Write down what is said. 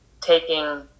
taking